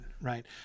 right